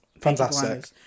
Fantastic